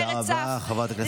תודה רבה, חברת הכנסת מירב כהן.